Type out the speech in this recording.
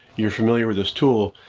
you're familiar with this tool.